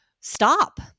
stop